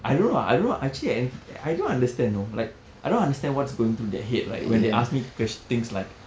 I don't know I don't know actually எனக்கு:enakku I don't understand you know like I don't understand what's going through there head right when they ask me to questi~ things like